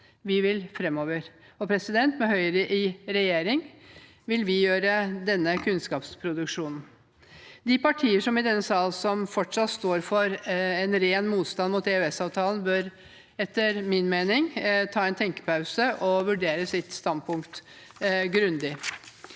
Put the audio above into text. Vi vil framover. Med Høyre i regjering vil vi sette i gang denne kunnskapsproduksjonen. De partier i denne sal som fortsatt står for en ren motstand mot EØS-avtalen, bør etter min mening ta en tenkepause og vurdere sitt standpunkt grundig.